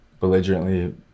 belligerently